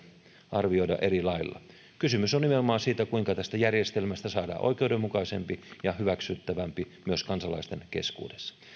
arvioida eri lailla kysymys on nimenomaan siitä kuinka tästä järjestelmästä saadaan oikeudenmukaisempi ja hyväksyttävämpi myös kansalaisten keskuudessa